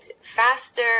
faster